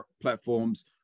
platforms